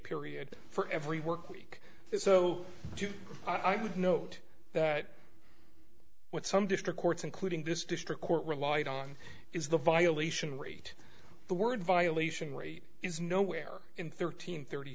period for every work week so i would note that what some district courts including this district court relied on is the violation rate the word violation weight is nowhere in thirteen thirty